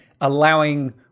allowing